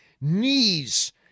Knees